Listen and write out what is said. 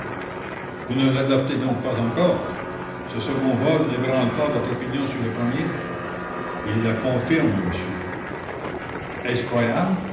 l'on accepte la première version admise par la justice ce second vol nébranle t il pas votre opinion sur le premier il la confirme monsieur